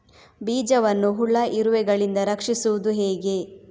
ಬೀಜವನ್ನು ಹುಳ, ಇರುವೆಗಳಿಂದ ರಕ್ಷಿಸುವುದು ಹೇಗೆ?